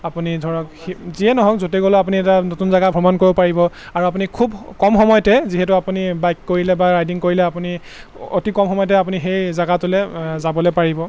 আপুনি ধৰক যিয়ে নহওক য'তে গ'লেও আপুনি এটা নতুন জেগা ভ্ৰমণ কৰিব পাৰিব আৰু আপুনি খুব কম সময়তে যিহেতু আপুনি বাইক কৰিলে বা ৰাইডিং কৰিলে আপুনি অতি কম সময়তে আপুনি সেই জেগাটোলৈ যাবলৈ পাৰিব